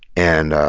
and